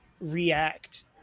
react